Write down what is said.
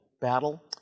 battle